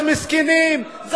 מסכנים,